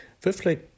Fifthly